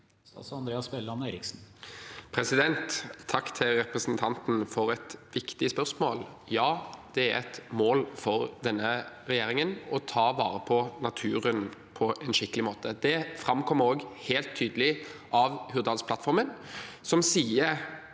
Takk til representanten for et viktig spørsmål. Ja, det er et mål for denne regjeringen å ta vare på naturen på en skikkelig måte. Det framkommer også helt tydelig av Hurdalsplattformen, som sier